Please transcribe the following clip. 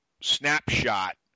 snapshot